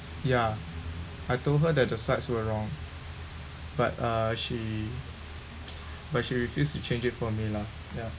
ya I told her that the sides were wrong but uh she but she refused to change it for me lah ya